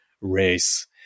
race